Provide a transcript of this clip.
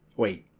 wait,